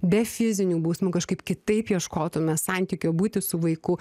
be fizinių bausmių kažkaip kitaip ieškotume santykio būti su vaiku